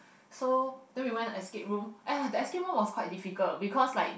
so then we went an escape room !aiya! the escape room was quite difficult because like